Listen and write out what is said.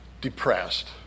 depressed